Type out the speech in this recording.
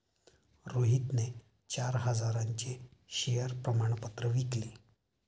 रोहितने चार हजारांचे शेअर प्रमाण पत्र विकले